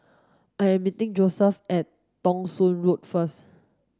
I am meeting Josef at Thong Soon Road first